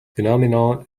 phenomenon